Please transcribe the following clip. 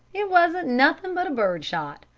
it wasn't nothing but bird shot.